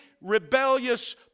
rebellious